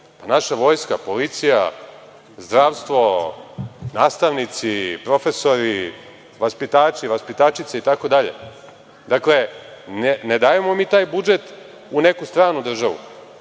Naša vojska, policija, zdravstvo, nastavnici, profesori, vaspitači, vaspitačice itd. Dakle, ne dajemo mi taj budžet u neku stranu državu,